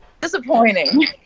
Disappointing